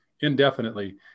indefinitely